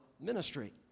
ministry